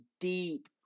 deep